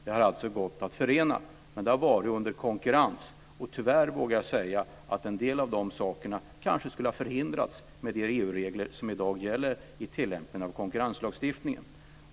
Det har alltså gått att förena, men det har varit under konkurrens, och tyvärr vågar jag säga att en del av de sakerna kanske skulle ha förhindrats med de EU regler som i dag gäller vid tillämpningen av konkurrenslagstiftningen.